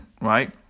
right